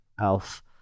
elf